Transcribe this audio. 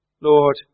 Lord